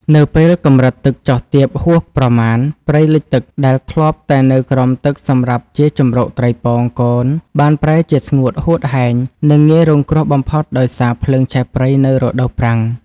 នៅពេលកម្រិតទឹកចុះទាបហួសប្រមាណ ព្រៃលិចទឹកដែលធ្លាប់តែនៅក្រោមទឹកសម្រាប់ជាជម្រកត្រីពងកូន បានប្រែជាស្ងួតហួតហែង និងងាយរងគ្រោះបំផុតដោយសារភ្លើងឆេះព្រៃនៅរដូវប្រាំង។